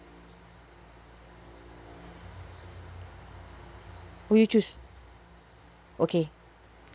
or you choose okay